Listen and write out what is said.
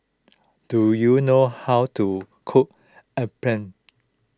do you know how to cook Appam